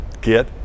get